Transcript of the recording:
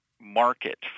market